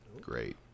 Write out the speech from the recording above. great